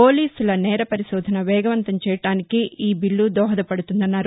పోలీసుల నేర పరిశోధన వేగవంతం చేయడానికి ఈబిల్లు దోహదపడుతుందన్నారు